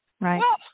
Right